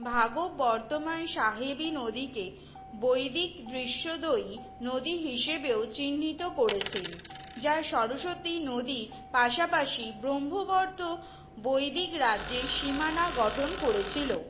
ভাগো বর্তমান সাহেবি নদীকে বৈদিক দৃশ্যদ্বয়ী নদী হিসেবেও চিহ্নিত করেছেন যা সরস্বতী নদীর পাশাপাশি ব্রহ্মবর্ত বৈদিক রাজ্যের সীমানা গঠন করেছিল